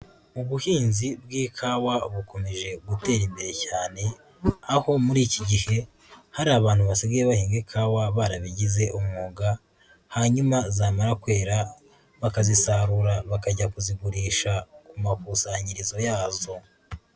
Ubuhinzi bw'ikawa bukomeje gutera imbere cyane aho muri iki gihe hari abantu basigaye bahinga ikawa barabigize umwuga hanyuma zamara kwera bakazisarura bakajya kuzigurisha ku makusanyirizo yazo.